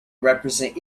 represent